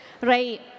right